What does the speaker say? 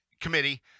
committee